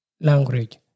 language